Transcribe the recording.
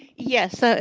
yes, so